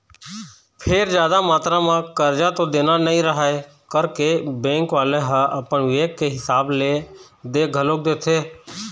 फेर जादा मातरा म करजा तो देना नइ रहय करके बेंक वाले ह अपन बिबेक के हिसाब ले दे घलोक देथे